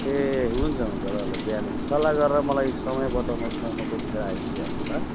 ए हुन्छ हुन्छ ल बिहान नै सल्लाह गरेर मलाई समय बताउनु होस् न म त्यतिखेर आइपुगि हाल्छु ल